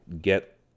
get